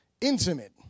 Intimate